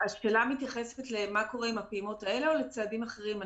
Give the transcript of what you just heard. השאלה מתייחסת למה קורה עם הפעימות האלה או לצעדים אחרים?